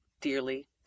dearly